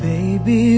Baby